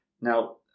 Now